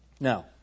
Now